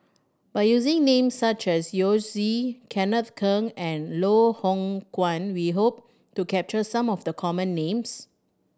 by using names such as Yao Zi Kenneth Keng and Loh Hoong Kwan we hope to capture some of the common names